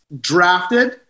drafted